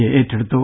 A ഏറ്റെടുത്തു